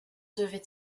devait